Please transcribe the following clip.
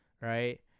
right